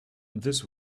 this